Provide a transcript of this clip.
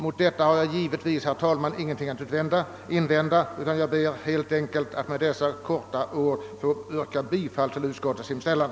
Mot detta har jag givetvis, herr talman, ingenting att invända utan ber helt enkelt att med detta korta anförande få yrka bifall till utskottets hemställan.